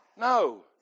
No